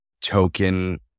token